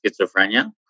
Schizophrenia